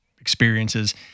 experiences